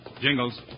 Jingles